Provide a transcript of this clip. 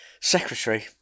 secretary